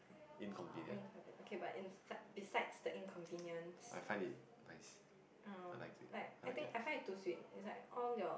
inconvenient I find it nice I like it I like it